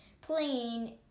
playing